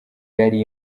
yari